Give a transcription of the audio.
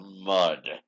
mud